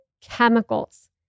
chemicals